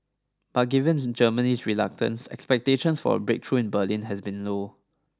but given in Germany's reluctance expectations for a breakthrough in Berlin has been low